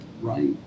Right